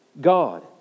God